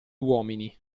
uomini